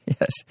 Yes